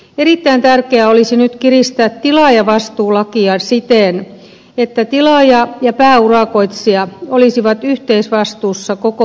erittäin tärkeää olisi nyt kiristää tilaajavastuulakia siten että tilaaja ja pääurakoitsija olisivat yhteisvastuussa koko urakkaketjusta